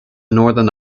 northern